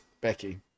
becky